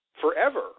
forever